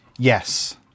Yes